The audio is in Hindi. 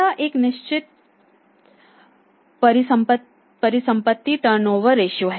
पहला एक निश्चित परिसंपत्ति टर्नओवर रेशियो है